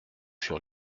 sur